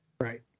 right